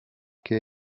che